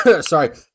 sorry